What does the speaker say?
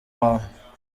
wawe